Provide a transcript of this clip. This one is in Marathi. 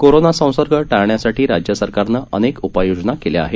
कोरोना संसर्ग टाळण्यासाठी राज्य सरकारनं अनेक उपाययोजना केल्या आहेत